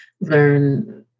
learn